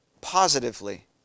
positively